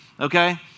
Okay